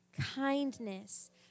kindness